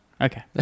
Okay